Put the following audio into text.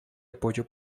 apoyo